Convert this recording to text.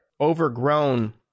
overgrown